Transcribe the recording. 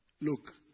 Look